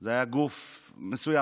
זה היה גוף מסוים,